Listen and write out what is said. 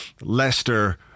Leicester